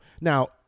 now